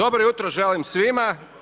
jutro želim svima!